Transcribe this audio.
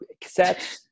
cassettes